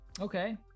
Okay